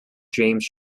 james